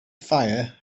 fire